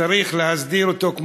צריך להסדיר אותו,